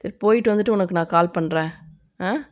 சரி போய்ட்டு வந்துவிட்டு உனக்கு நான் கால் பண்ணுறேன் ஆ